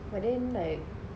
but then like